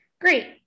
Great